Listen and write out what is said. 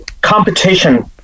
competition